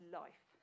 life